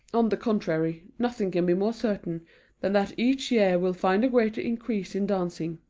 on the contrary, nothing can be more certain than that each year will find a greater increase in dancing,